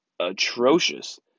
atrocious